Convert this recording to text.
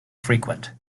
frequent